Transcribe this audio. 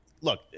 Look